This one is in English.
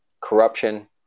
corruption